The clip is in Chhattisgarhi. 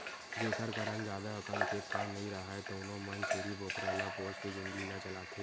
जेखर करन जादा अकन खेत खार नइ राहय तउनो मन छेरी बोकरा ल पोसके जिनगी ल चलाथे